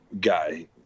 guy